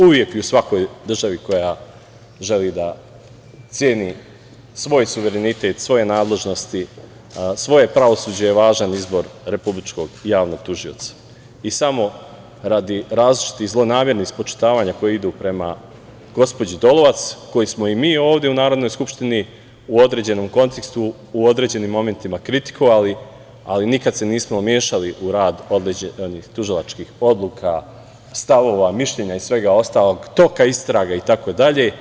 Uvek i u svakoj državi koja želi da ceni svoj suverenitet, svoje nadležnosti, svoje pravosuđe je važan izbor Republičkog javnog tužioca i samo radi različitih zlonamernih spočitavanja koji idu prema gospođi Dolovac, koju smo i mi ovde u Narodnoj skupštini u određenom kontekstu, u određenim momentima kritikovali, ali nikad se nismo mešali u rad određenih tužilačkih odluka, stavova, mišljenja i svega ostalog, toka istrage itd.